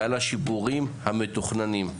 ועל השיפורים המתוכננים.